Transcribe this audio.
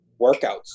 workouts